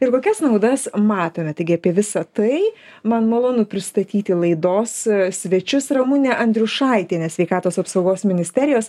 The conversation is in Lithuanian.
ir kokias naudas matome taigi apie visa tai man malonu pristatyti laidos svečius ramunė andriušaitienė sveikatos apsaugos ministerijos